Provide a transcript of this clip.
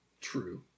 True